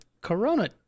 Corona